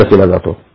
प्रसिद्ध केला जातो